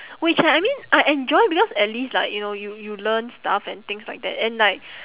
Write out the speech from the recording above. which I I mean I enjoy because at least like you know you you learn stuff and things like that and like